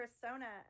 persona